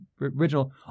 original